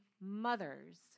mothers